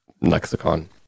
lexicon